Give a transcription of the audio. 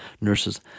nurses